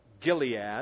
Gilead